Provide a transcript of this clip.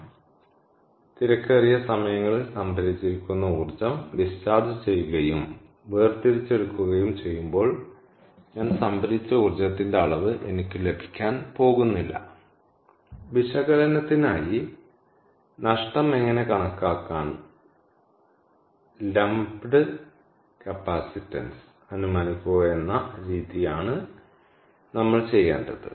അതിനാൽ തിരക്കേറിയ സമയങ്ങളിൽ സംഭരിച്ചിരിക്കുന്ന ഊർജ്ജം ഡിസ്ചാർജ് ചെയ്യുകയും വേർതിരിച്ചെടുക്കുകയും ചെയ്യുമ്പോൾ ഞാൻ സംഭരിച്ച ഊർജ്ജത്തിന്റെ അളവ് എനിക്ക് ലഭിക്കാൻ പോകുന്നില്ല വിശകലനത്തിനായി നഷ്ടം എങ്ങനെ കണക്കാക്കാൻ ലംപ്ഡ് കപ്പാസിറ്റൻസ് അനുമാനിക്കുക എന്ന രീതിയാണ് നമ്മൾ ചെയ്യേണ്ടത്